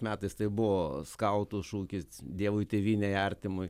metais tai buvo skautų šūkis dievui tėvynei artimui